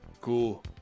cool